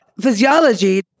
physiology